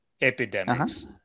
epidemics